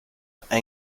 landed